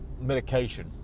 medication